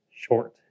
short